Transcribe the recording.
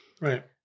Right